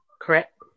correct